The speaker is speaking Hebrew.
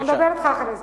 אנחנו נדבר אתך אחרי זה.